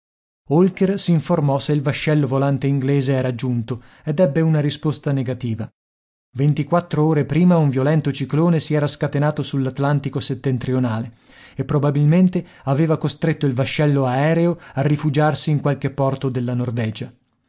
holker s'informò se il vascello volante inglese era giunto ed ebbe una risposta negativa ventiquattro ore prima un violento ciclone si era scatenato sull'atlantico settentrionale e probabilmente aveva costretto il vascello aereo a rifugiarsi in qualche porto della norvegia